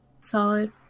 Solid